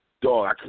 Dog